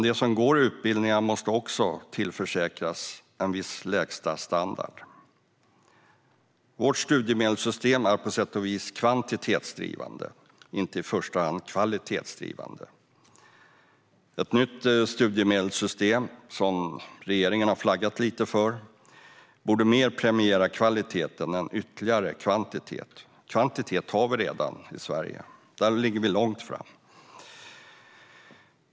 De som går utbildningar måste också tillförsäkras en viss lägstastandard. Vårt studiemedelssystem är på sätt och vis kvantitetsdrivande, inte i första hand kvalitetsdrivande. Ett nytt studiemedelssystem, som regeringen har flaggat för, borde mer premiera kvalitet än ytterligare kvantitet. Kvantitet har vi redan i Sverige. Där ligger vi långt framme.